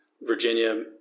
Virginia